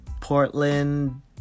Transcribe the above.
Portland